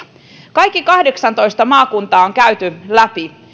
kaikki kahdeksantoista maakuntaa on käyty läpi